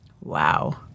Wow